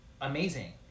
amazing